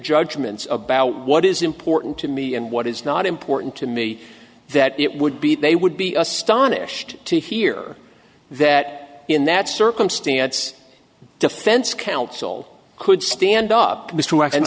judgments about what is important to me and what is not important to me that it would be they would be astonished to hear that in that circumstance defense counsel could stand up and